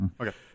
Okay